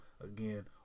Again